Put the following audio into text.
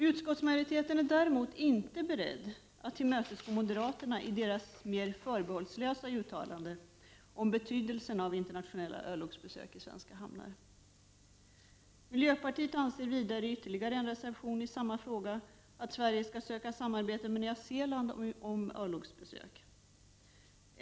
Utskottsmajoriteten är däremot inte beredd att tillmötesgå moderaterna i deras mer förbehållslösa uttalande om betydelsen av internationella örlogsbesök i svenska hamnar. Miljöpartiet anför i ytterligare en reservation i samma fråga att Sverige skall söka samarbete med Nya Zeeland om örlogsbesök.